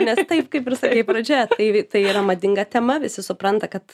nes taip kaip ir sakei pradžioje tai tai yra madinga tema visi supranta kad